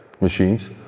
machines